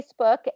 Facebook